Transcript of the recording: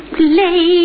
play